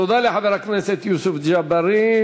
תודה לחבר הכנסת יוסף ג'בארין.